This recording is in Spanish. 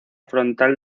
frontal